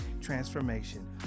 transformation